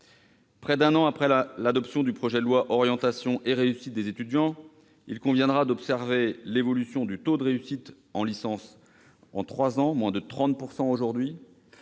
Près d'un an après l'adoption du projet de loi relatif à l'orientation et à la réussite des étudiants, il conviendra d'observer l'évolution du taux de réussite en licence en trois ans- moins de 30 % aujourd'hui